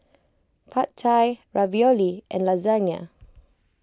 Pad Thai Ravioli and Lasagne